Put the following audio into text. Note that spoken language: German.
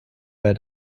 bei